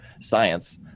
Science